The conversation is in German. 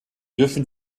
dürfen